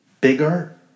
bigger